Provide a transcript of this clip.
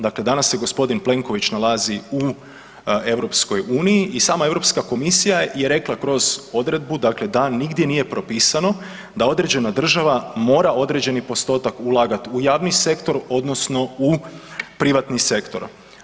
Dakle, danas se gospodin Plenković nalazi u EU i sama Europska komisija je rekla kroz odredbu dakle da nigdje nije propisano da određena država mora određeni postotak ulagat u javni sektor odnosno u privatni sektor.